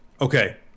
Okay